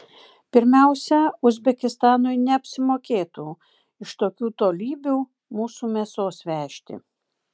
pirmiausia uzbekistanui neapsimokėtų iš tokių tolybių mūsų mėsos vežti